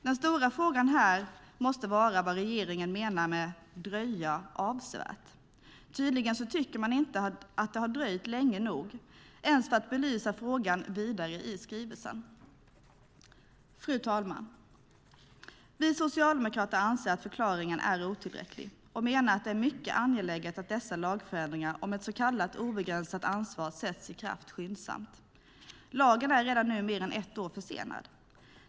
Den stora frågan här måste vara vad regeringen menar med "dröja avsevärt". Tydligen tycker man inte att det har dröjt länge nog ens för att belysa frågan vidare i skrivelsen. Fru talman! Vi socialdemokrater anser att förklaringen är otillräcklig och menar att det är mycket angeläget att dessa lagförändringar om ett så kallat obegränsat ansvar sätts i kraft skyndsamt. Lagen är redan nu mer än ett år försenad.